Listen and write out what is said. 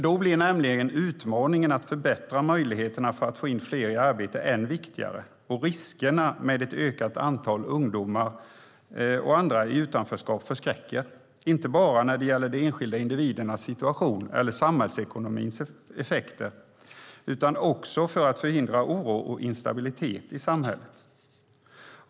Då blir nämligen utmaningen att förbättra möjligheterna att få in fler i arbete än viktigare, och riskerna med ett ökat antal ungdomar och andra i utanförskap förskräcker, inte bara när det gäller de enskilda individernas situation eller samhällsekonomins effekter, utan också för att förhindra oro och instabilitet i samhället.